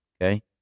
Okay